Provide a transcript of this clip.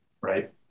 right